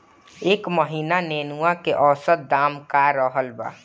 एह महीना नेनुआ के औसत दाम का रहल बा?